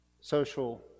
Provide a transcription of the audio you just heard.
social